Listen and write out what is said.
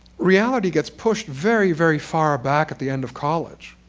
reality gets pushed very, very far back at the end of college,